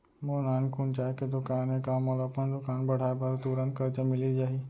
मोर नानकुन चाय के दुकान हे का मोला अपन दुकान बढ़ाये बर तुरंत करजा मिलिस जाही?